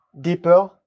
deeper